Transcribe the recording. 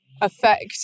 affect